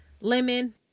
lemon